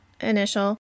initial